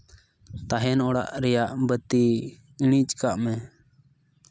ᱛᱟᱦᱮᱱ ᱚᱲᱟᱜ ᱨᱮᱭᱟᱜ ᱵᱟᱹᱛᱤ ᱤᱲᱤᱡ ᱠᱟᱜ ᱢᱮ